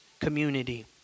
community